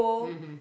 mmhmm